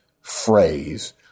phrase